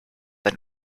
ein